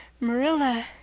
Marilla